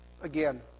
Again